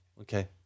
okay